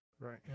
Right